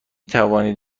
توانید